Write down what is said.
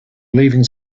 leaving